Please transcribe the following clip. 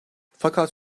fakat